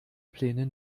pläne